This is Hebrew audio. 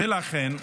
ולכן,